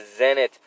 Zenit